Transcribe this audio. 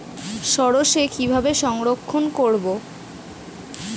সরষে কিভাবে সংরক্ষণ করব?